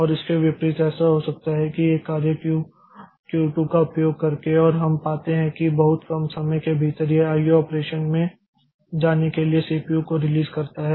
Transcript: और इसके विपरीत ऐसा हो सकता है कि एक कार्य क्यू Q 2 का उपयोग करके और हम पाते हैं कि बहुत कम समय के भीतर यह आईओ ऑपरेशन में जाने के लिए सीपीयू को रिलीज़ करता है